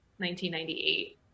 1998